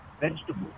vegetable